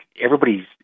Everybody's